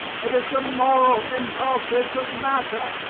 it is the moral impulses that matter.